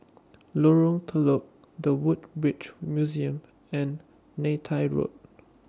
Lorong Telok The Woodbridge Museum and Neythai Road